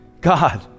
God